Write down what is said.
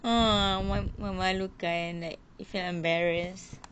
ah memalukan like you feel embarrassed